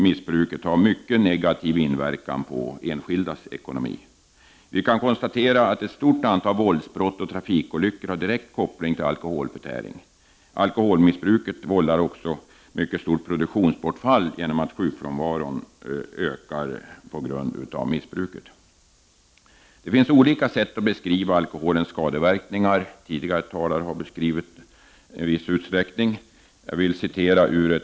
Missbruket har också mycket negativ inverkan på den enskildes ekonomi. Vi kan konstatera att ett stort antal våldsbrott och trafikolyckor har direkt koppling till alkoholförtäring. Alkoholmissbruket vållar också ett mycket stort produktionsbortfall genom den sjukfrånvaro som missbruket leder till. Det finns olika sätt att beskriva alkoholens skadeverkningar, och det har i viss utsträckning gjorts av tidigare talare.